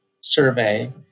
survey